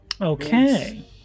Okay